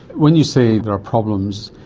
when you say there are problems,